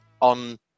on